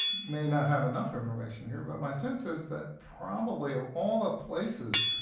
may not have enough information here, but my sense is that probably of all the places,